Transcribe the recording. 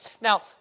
Now